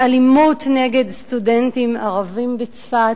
באלימות נגד סטודנטים ערבים בצפת.